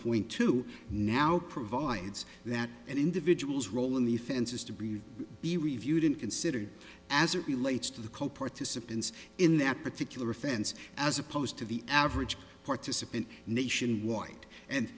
point two now provides that an individual's role in the offense is to be be reviewed in considered as it relates to the co participants in that particular offense as opposed to the average participant nationwide and